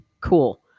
cool